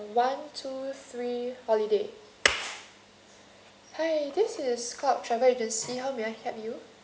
one two three holiday hi this is club travel agency how may I help you